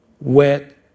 wet